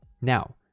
Now